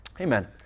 Amen